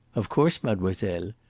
of course, mademoiselle.